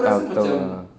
ah tahu ah